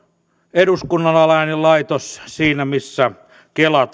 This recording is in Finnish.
eduskunnan alainen laitos siinä missä kela